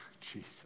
Jesus